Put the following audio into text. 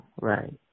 right